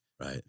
Right